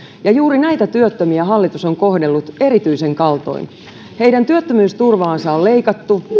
ja juuri näitä työttömiä hallitus on kohdellut erityisen kaltoin heidän työttömyysturvaansa on leikattu